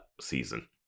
season